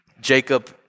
Jacob